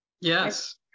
Yes